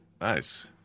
Nice